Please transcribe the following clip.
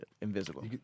Invisible